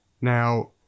now